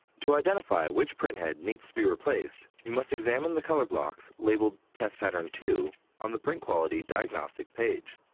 to identify which printhead needs to be replaced, we must examine the color blocks labeled test pattern two on the print quality diagnostic page.